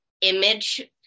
image